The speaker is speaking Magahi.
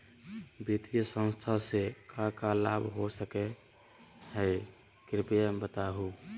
वित्तीय संस्था से का का लाभ हो सके हई कृपया बताहू?